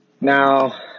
Now